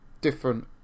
different